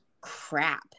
crap